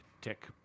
tick